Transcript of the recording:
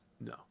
No